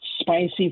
spicy